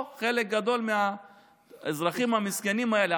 או שחלק גדול מהאזרחים המסכנים האלה,